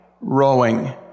rowing